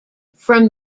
from